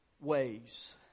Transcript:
ways